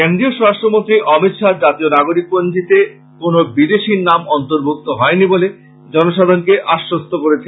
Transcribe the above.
কেন্দ্রীয় স্বরাষ্ট্র মন্ত্রী অমিত শাহ জাতীয় নাগরিক পঞ্জীতে কোন বিদেশীর নাম অর্ন্তভুক্ত হয়নি বলে জনসাধারনকে আশ্বাস দিয়েছেন